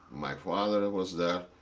my father was there,